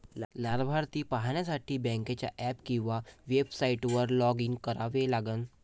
लाभार्थी पाहण्यासाठी बँकेच्या ऍप किंवा वेबसाइटवर लॉग इन करावे लागेल